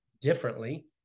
differently